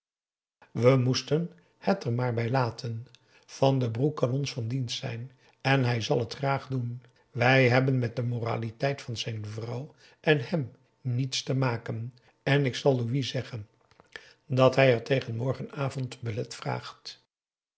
we moesten het er maar bij laten van den broek kan ons van dienst zijn en hij zal het graag doen wij hebben met de moraliteit van zijn vrouw en hem niets te maken en ik zal louis zeggen dat hij er tegen morgenavond belet vraagt